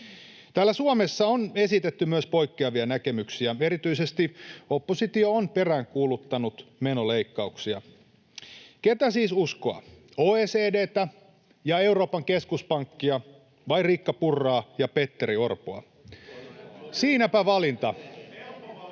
Täällä Suomessa on esitetty myös poikkeavia näkemyksiä. Erityisesti oppositio on peräänkuuluttanut menoleikkauksia. Ketä siis uskoa: OECD:tä ja Euroopan keskuspankkia vai Riikka Purraa ja Petteri Orpoa? Siinäpä valinta,